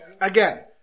Again